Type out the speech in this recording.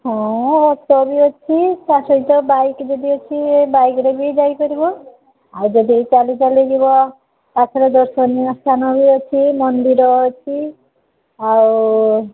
ହଁ ରାସ୍ତା ବି ଅଛି ତା' ସହିତ ବାଇକ୍ ଯଦି ଅଛି ବାଇକ୍ରେ ବି ଯାଇପାରିବ ଆଉ ଯଦି ଚାଲି ଚାଲି ଯିବ ପାଖରେ ଦର୍ଶନୀୟ ସ୍ଥାନ ବି ଅଛି ମନ୍ଦିର ଅଛି ଆଉ